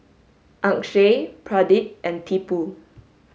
Akshay Pradip and Tipu